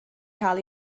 cael